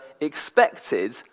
expected